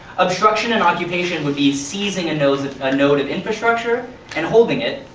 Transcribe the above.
obstruction and occupation would be seizing a node ah node of infrastructure and holding it,